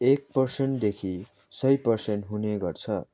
एक पर्सेन्टदेखि सय पर्सेन्ट हुने गर्छ